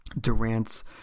Durant's